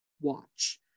watch